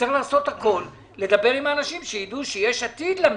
צריך לעשות הכול ולדבר עם האנשים שידעו שיש עתיד למדינה.